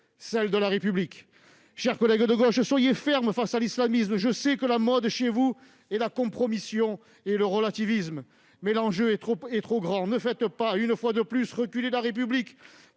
celle de la République ! Chers collègues de gauche, soyez fermes face à l'islamisme ! Je sais que la mode chez vous est à la compromission et au relativisme. Mais l'enjeu est trop grand. Ne faites pas une fois de plus reculer la République